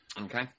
Okay